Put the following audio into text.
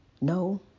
No